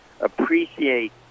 appreciate